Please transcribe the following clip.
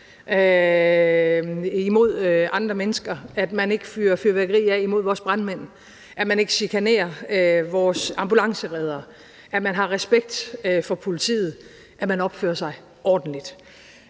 mod andre mennesker, at man ikke fyrer fyrværkeri af mod vores brandmænd, at man ikke chikanerer vores ambulancereddere, at man har respekt for politiet, at man opfører sig ordentligt.